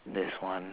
that's one